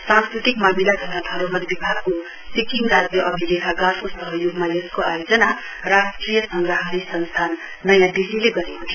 सांस्कृतिक मामिला तथा धरोहर विभागको सिक्किम राज्य अभिलेखागराको सहयोगमा यसको आयोजना राष्ट्रिय संग्रहालय संस्थान नयाँ दिल्लीले गरेको थियो